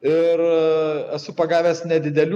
ir esu pagavęs nedidelių